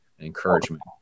encouragement